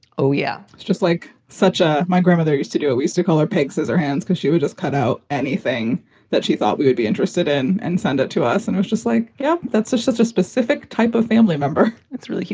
oh yeah. it's just like such a my grandmother used to do it. we used to call her pigs as her hands cause she would just cut out anything that she thought we would be interested in and send it to us. and i was just like, yeah, that's just such a specific type of family member it's really.